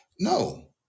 No